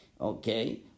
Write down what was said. Okay